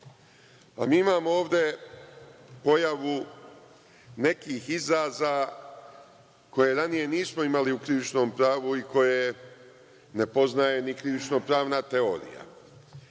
Mi imamo ovde pojavu nekih izraza koje ranije nismo imali u krivičnom pravu i koje ne poznaje ni krivično-pravna teorija.